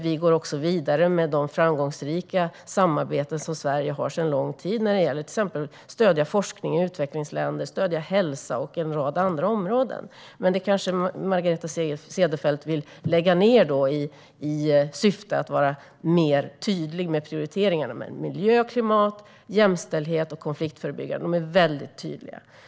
Vi går också vidare med de framgångsrika samarbeten som Sverige har sedan lång tid när det gäller att till exempel stödja forskning och utvecklingsländer, hälsa och en rad andra områden. Men det kanske Margareta Cederfelt vill lägga ned i syfte att vara tydligare med prioriteringarna. Miljö, klimat, jämställdhet och konfliktförebyggande - de är väldigt tydliga.